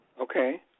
Okay